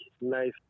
nice